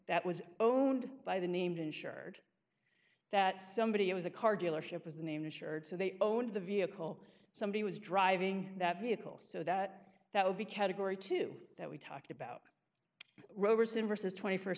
that was owned by the named insured that somebody was a car dealership with the name the shirt so they owned the vehicle somebody was driving that vehicle so that that would be category two that we talked about roberson versus st cent